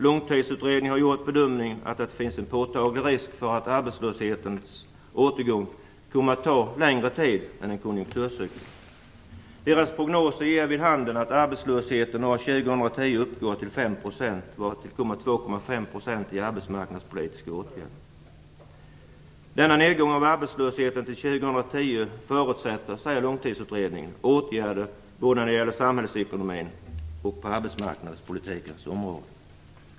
Långtidsutredningen har gjort den bedömningen att det finns en påtaglig risk för att arbetslöshetens återgång kommer att ta längre tid än en konjunkturcykel. Deras prognoser ger vid handen att arbetslösheten år 2010 uppgår till 5 %, därtill kommer 2,5 % i arbetsmarknadspolitiska åtgärder. Långtidsutredningen säger att denna nedgång av arbetslösheten till 2010 förutsätter åtgärder både på samhällsekonomins och på arbetsmarknadspolitikens område.